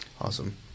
Awesome